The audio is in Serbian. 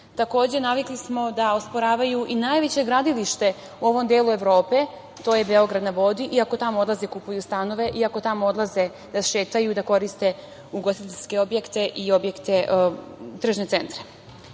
Takođe, navikli smo da osporavaju i najveće gradilište u ovom delu Evrope, to je Beograd na vodi, iako tamo odlaze i kupuju stanove, iako tamo odlaze da šetaju i da koriste ugostiteljske objekte i tržne centre.